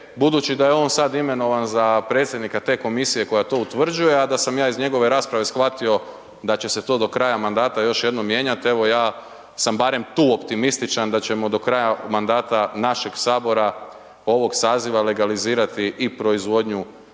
budući da je on sada imenovan za predsjednika te komisije koja to utvrđuje, a da sam ja iz njegove rasprave shvatio da će se to do kraja mandata još jednom mijenjat, evo, ja sam barem tu optimističan da ćemo do kraja mandata našeg HS ovog saziva legalizirati i proizvodnju